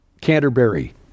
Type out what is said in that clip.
canterbury